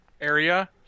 area